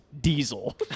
Diesel